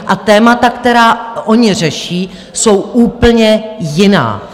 A témata, která oni řeší, jsou úplně jiná.